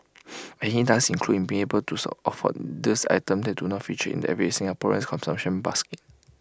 and IT does include being able to afford this items that do not feature in the everything Singaporean's consumption basket